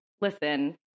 listen